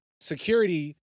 security